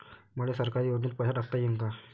मले सरकारी योजतेन पैसा टाकता येईन काय?